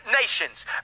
nations